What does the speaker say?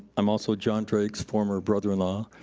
i'm also john drake's former brother-in-law,